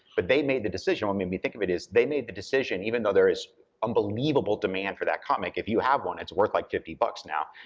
but they made the decision, and what made me think of it is, they made the decision, even though there is unbelievable demand for that comic, if you have one, it's worth like fifty bucks now.